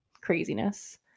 craziness